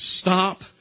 stop